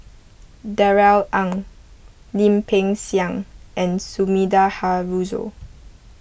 Darrell Ang Lim Peng Siang and Sumida Haruzo